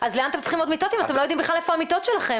אז לאן אתם צריכים עוד מיטות אם אתם לא יודעים בכלל איפה המיטות שלכם?